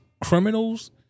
criminals-